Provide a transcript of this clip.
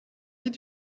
did